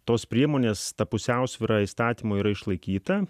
tos priemonės ta pusiausvyra įstatymu yra išlaikyta